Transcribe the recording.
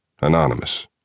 anonymous